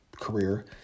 career